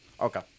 Okay